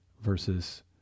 versus